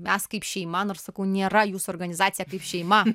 mes kaip šeima nu aš sakau nėra jūsų organizacija kaip šeima